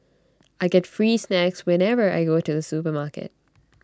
I get free snacks whenever I go to the supermarket